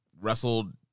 wrestled